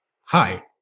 Hi